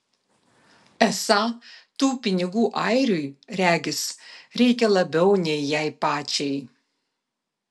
esą tų pinigų airiui regis reikia labiau nei jai pačiai